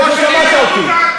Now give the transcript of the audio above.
מה אתה מתבייש בזה?